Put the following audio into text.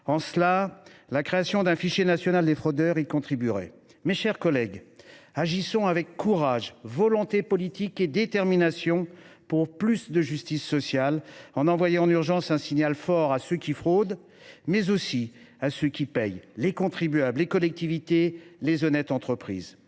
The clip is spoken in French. égard, la création d’un fichier national des fraudeurs contribuerait à atteindre cet objectif. Mes chers collègues, agissons avec courage, volonté politique et détermination pour plus de justice sociale, en envoyant d’urgence un signal fort à ceux qui fraudent, mais aussi à ceux qui paient : les contribuables, les collectivités, les entreprises